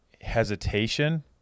hesitation